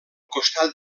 costat